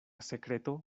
sekreto